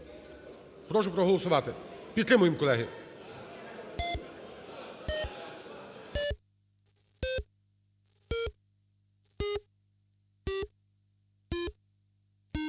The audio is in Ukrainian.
Прошу проголосувати. Підтримуємо, колеги.